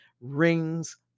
rings